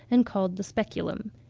and called the speculum.